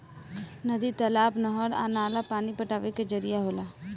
नदी, तालाब, नहर आ नाला पानी पटावे के जरिया होला